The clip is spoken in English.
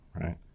right